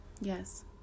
Yes